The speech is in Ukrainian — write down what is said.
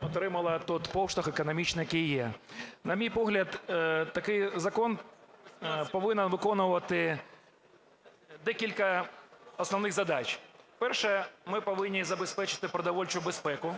отримала той поштовх економічний, який є. На мій погляд, такий закон повинен виконувати декілька основних задач. Перше. Ми повинні забезпечити продовольчу безпеку,